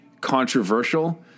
controversial